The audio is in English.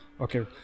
Okay